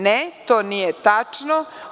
Ne, to nije tačno.